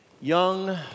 young